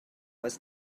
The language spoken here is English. was